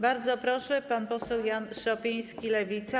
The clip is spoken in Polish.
Bardzo proszę, pan poseł Jan Szopiński, Lewica.